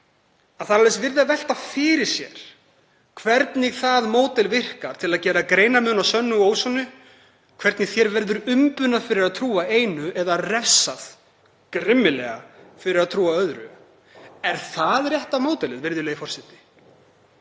er þess virði að velta fyrir sér hvernig það módel virkar til að gera greinarmun á sönnu og ósönnu, hvernig manni verður umbunað fyrir að trúa einu eða refsað grimmilega fyrir að trúa öðru. Er það rétta módelið, virðulegi forseti?